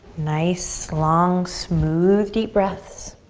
nice, long, smooth, deep breaths.